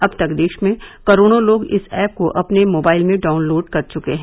अब तक देश में करोड़ों लोग इस ऐप को अपने मोबाइल में डाउनलोड कर चुके हैं